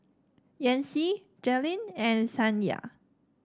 Yancy Jaylyn and Saniya